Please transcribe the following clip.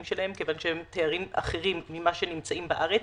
שלהן מכיוון שהם תארים אחרים ממה שנמצאים בארץ.